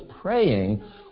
praying